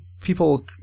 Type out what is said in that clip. people